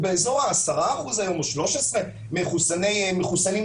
הוא היום באזור ה-10 אחוזים או 13 אחוזים במחוסנים בתוקף,